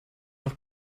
noch